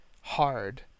hard